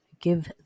give